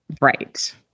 right